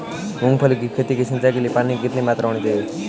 मूंगफली की खेती की सिंचाई के लिए पानी की कितनी मात्रा होनी चाहिए?